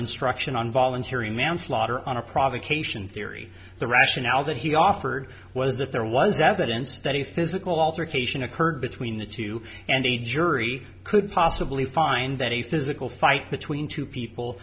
instruction on voluntary manslaughter on a provocation theory the rationale that he offered was if there was evidence that a physical altercation occurred between the two and a jury could possibly find that a physical fight between two people